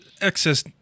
excess